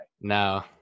No